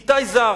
איתי זר,